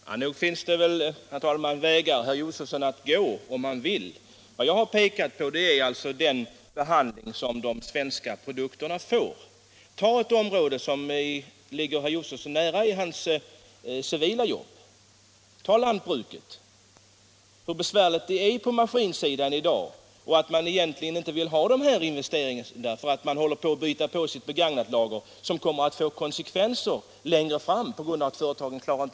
Herr talman! Nog finns det väl vägar, herr Josefson, att gå om man bara vill. Vad jag har pekat på är behandlingen av de svenska produkterna. Låt oss ta lantbruket som exempel, ett område som ligger herr Josefson nära i hans civila jobb, och se hur besvärligt det är på maskinsidan. Man vill egentligen inte göra dessa investeringar, därför att man håller på att skaffa sig ett lager av begagnad utrustning, något som kommer att få konsekvenser längre fram.